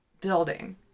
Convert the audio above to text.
building